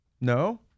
No